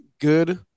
good